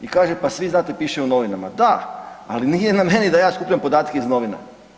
I kaže pa svi znate, piše u novinama, da, ali nije na meni da ja skupljam podatke iz novina.